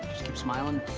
smilin'